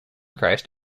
crashed